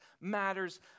matters